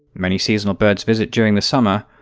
many seasonal birds visit during the summer,